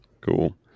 Cool